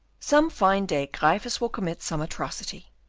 some fine day gryphus will commit some atrocity.